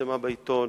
שפורסמה בעיתון